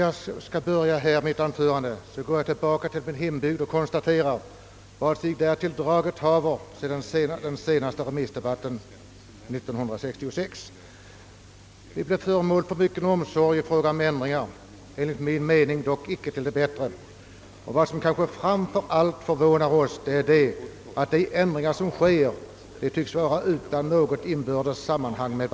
Jag vill börja med att tala litet om min hembygd och om vad som sig där tilldragit haver sedan remissdebatten 1966. Sedan dess har vi blivit föremål för mycken »omsorg» i vad gäller ändringar av olika slag. Dessa har dock enligt min mening inte varit till det bättre. Framför allt har det upprört oss att de ändringar som gjorts tycks ha vidtagits utan något inbördes samband.